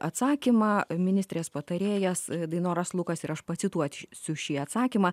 atsakymą ministrės patarėjas dainoras lukas ir aš pacituot siu šį atsakymą